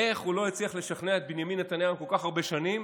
איך הוא לא הצליח לשכנע את בנימין נתניהו כל כך הרבה שנים